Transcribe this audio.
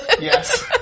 Yes